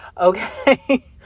Okay